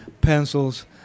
pencils